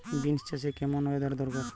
Beans চাষে কেমন weather দরকার?